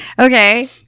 Okay